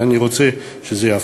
ואני רוצה שזה יעבור.